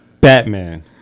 batman